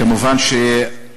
אדוני היושב-ראש, כמובן אנחנו,